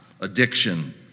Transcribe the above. addiction